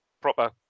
proper